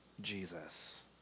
Jesus